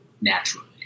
naturally